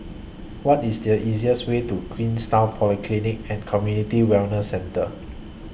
What IS The easiest Way to Queenstown Polyclinic and Community Wellness Centre